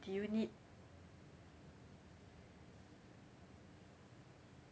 do you need